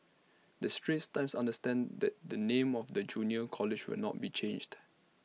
the straits times understands that the name of the junior college will not be changed